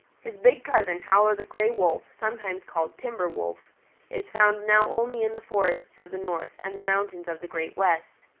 his big cousin, howler the gray wolf, sometimes called timber wolf is found now only in the forests of the north and the mountains of the great west.